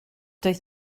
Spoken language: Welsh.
doedd